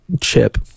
Chip